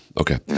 Okay